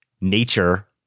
nature